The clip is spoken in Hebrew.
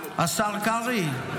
השר קרעי,